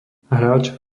hráč